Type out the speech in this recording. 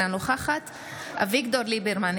אינה נוכחת אביגדור ליברמן,